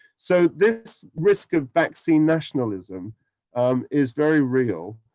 so, this risk of vaccine nationalism um is very real.